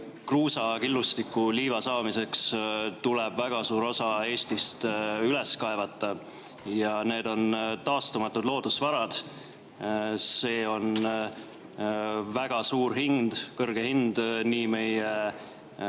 kruusa, killustiku ja liiva saamiseks tuleb väga suur osa Eestist üles kaevata. Need on taastumatud loodusvarad. See on väga kõrge hind nii meie